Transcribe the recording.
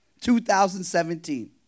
2017